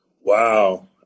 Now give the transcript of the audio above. Wow